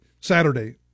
Saturday